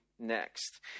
Next